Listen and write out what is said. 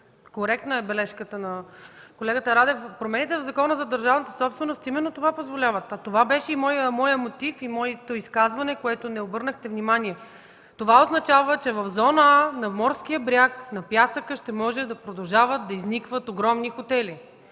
коректна бележката на колегата Радев. Промените в Закона за държавната собственост именно това позволяват. Това беше и моят мотив и моето изказване, на което не обърнахте внимание. Това означава, че в зона „А” на морския бряг, на пясъка, ще може да продължават да изникват огромни хотели.